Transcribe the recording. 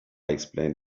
explained